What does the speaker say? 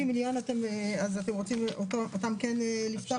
וה-90 מיליון, אז אתם רוצים אותם כן לפתוח?